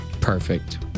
Perfect